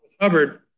Hubbard